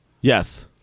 Yes